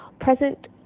present